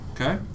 Okay